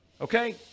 Okay